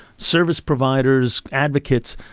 service providers, advocates,